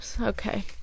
okay